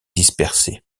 dispersées